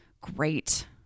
great